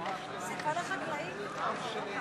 בממשלה לא נתקבלה.